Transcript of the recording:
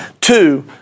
Two